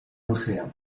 océan